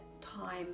time